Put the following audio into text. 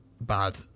bad